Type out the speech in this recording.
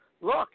look